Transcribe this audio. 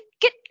get